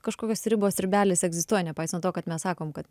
kažkokios ribos ribelės egzistuoja nepaisant to kad mes sakom kad